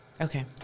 okay